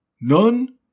None